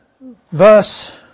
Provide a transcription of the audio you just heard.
Verse